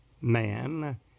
man